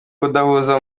kudahuza